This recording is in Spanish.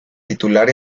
titular